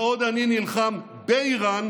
בעוד אני נלחם באיראן,